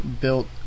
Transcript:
built